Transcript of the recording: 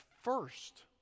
first